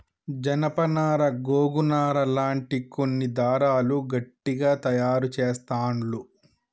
జానప నారా గోగు నారా లాంటి కొన్ని దారాలు గట్టిగ తాయారు చెస్తాండ్లు